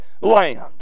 land